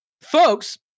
folks